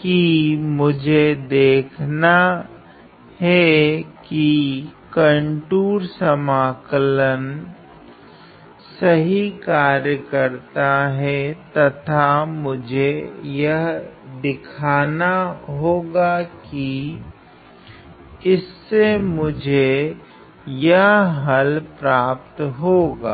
कि मुझे देखना हैं कि कंटूर समाकल सही कार्य करता है तथा मुझे यह दिखाना होगा कि इससे मुझे यह हल प्राप्त होगा